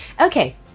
Okay